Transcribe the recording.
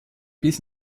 bis